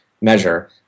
measure